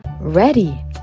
Ready